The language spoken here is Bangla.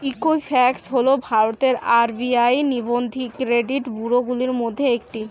ঈকুইফ্যাক্স হল ভারতের আর.বি.আই নিবন্ধিত ক্রেডিট ব্যুরোগুলির মধ্যে একটি